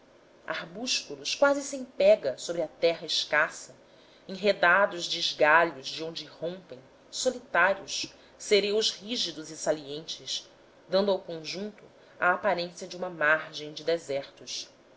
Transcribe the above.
arbúsculos quase sem pega sobre a terra escassa enredados de esgalhos de onde irrompem solitários cereus rígidos e silentes dando ao conjunto a aparência de uma margem de deserto